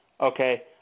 Okay